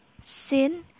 sin